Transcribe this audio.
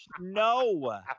no